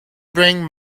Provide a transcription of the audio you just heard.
bring